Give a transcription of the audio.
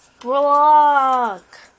Block